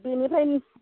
बेनिफ्राय